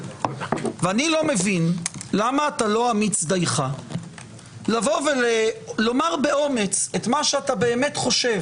ואני לא מבין למה אתה לא אמיץ דייך לומר באומץ את מה שאתה באמת חושב